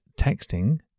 texting